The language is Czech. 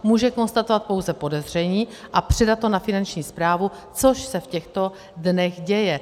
Může konstatovat pouze podezření a předat to na Finanční správu, což se v těchto dnech děje.